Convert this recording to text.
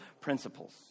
principles